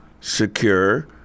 secure